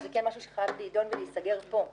אז זה משהו שחייב להידון ולהיסגר פה.